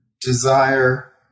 desire